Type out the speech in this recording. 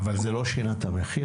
אבל זה לא שינה את המחיר.